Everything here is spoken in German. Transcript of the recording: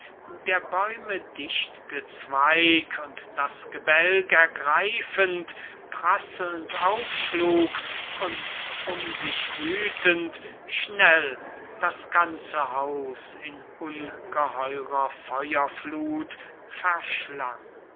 der bäume dicht gezweig und das gebälk ergreifend prasseln aufschlug und um sich wüthend schnell das ganze haus in ungeheurer feuerfluth verschlang